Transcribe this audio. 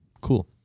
Cool